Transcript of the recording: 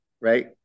right